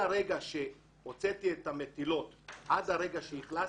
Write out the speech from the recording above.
מהרגע שהוצאתי את המטילות עד הרגע שאכלסתי,